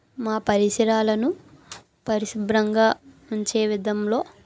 మా పరిసరాలను పరిశుభ్రంగా ఉంచే విధంలో